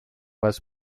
was